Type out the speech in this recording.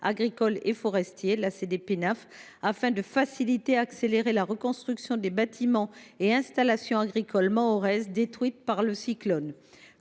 agricoles et forestiers (CDPENAF), afin de faciliter et d’accélérer la reconstruction des bâtiments et installations agricoles mahorais détruits par le cyclone